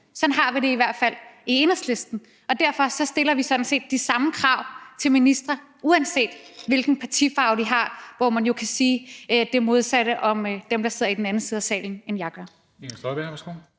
Sådan har vi det i hvert fald i Enhedslisten, og derfor stiller vi sådan set de samme krav til ministre, uanset hvilken partifarve de har, hvor man jo kan sige det modsatte om dem, der sidder i den anden side af salen, end jeg gør.